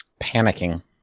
Panicking